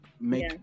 make